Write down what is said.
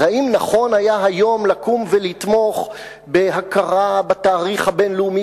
אז האם נכון היה היום לקום ולתמוך בהכרה בתאריך הבין-לאומי